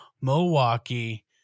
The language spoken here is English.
Milwaukee